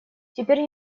теперь